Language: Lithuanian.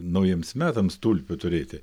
naujiems metams tulpių turėti